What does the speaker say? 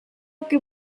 que